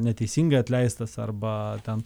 neteisingai atleistas arba ten